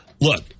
Look